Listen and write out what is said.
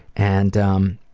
and um,